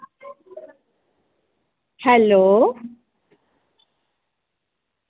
hello